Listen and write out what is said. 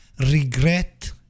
Regret